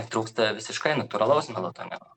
trūksta visiškai natūralaus melatonino